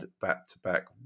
back-to-back